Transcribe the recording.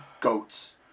GOATS